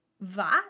Va